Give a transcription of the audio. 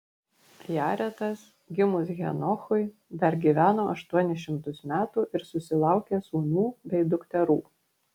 jaretas gimus henochui dar gyveno aštuonis šimtus metų ir susilaukė sūnų bei dukterų